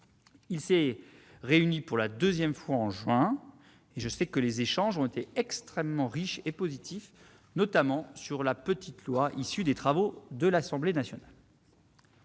Il s'est réuni pour la deuxième fois en juin. Je sais que les échanges ont été extrêmement riches et positifs, notamment sur la « petite loi » issue des travaux de l'Assemblée nationale.